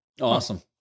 Awesome